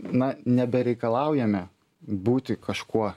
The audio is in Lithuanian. na nebereikalaujame būti kažkuo